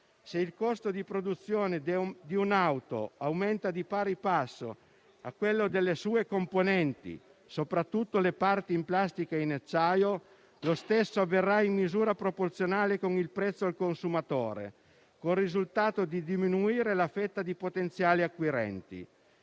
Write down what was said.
Se il costo di produzione di un auto aumenta di pari passo con quello delle sue componenti, soprattutto delle parti in plastica e in acciaio, lo stesso avverrà in misura proporzionale con il prezzo al consumatore, con il risultato di diminuire la fetta di potenziali acquirenti.